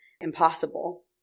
impossible